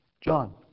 John